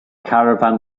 caravan